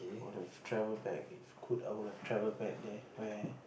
I'd have travel back if could I'd travel back there